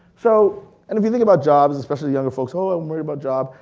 so and if you think about jobs, especially younger folks, oh i'm worried about jobs.